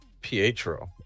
Pietro